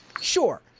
Sure